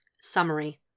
Summary